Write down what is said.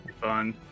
Fun